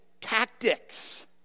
tactics